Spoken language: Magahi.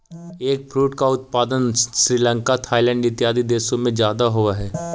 एगफ्रूट का उत्पादन श्रीलंका थाईलैंड इत्यादि देशों में ज्यादा होवअ हई